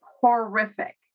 horrific